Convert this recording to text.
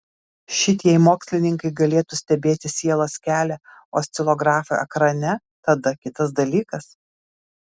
šit jei mokslininkai galėtų stebėti sielos kelią oscilografo ekrane tada kitas dalykas